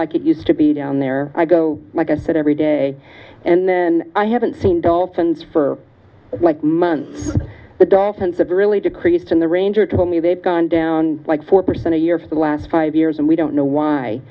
like it used to be down there i go like i said every day and then i haven't seen dolphins for like months the dolphins have really decreased in the ranger told me they've gone down like four percent a year for the last five years and we don't know why